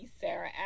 Sarah